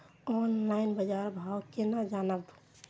Online बाजार भाव केना जानब?